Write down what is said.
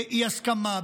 באי-הסכמה,